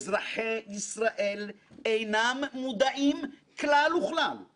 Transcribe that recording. אזרחי ישראל אינם מודעים כלל וכלל לכך